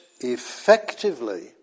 effectively